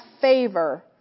favor